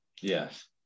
Yes